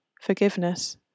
Forgiveness